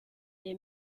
est